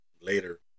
later